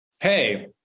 Hey